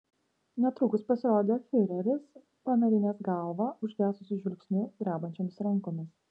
netrukus pasirodė fiureris panarinęs galvą užgesusiu žvilgsniu drebančiomis rankomis